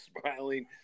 smiling